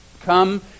come